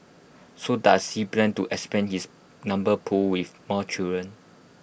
so does he plan to expand his number pool with more children